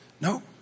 no